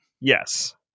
Yes